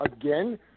again